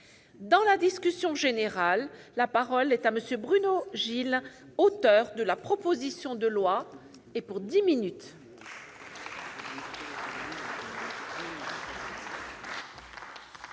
Dans la discussion générale, la parole est à M. Bruno Gilles, auteur de la proposition de loi. Madame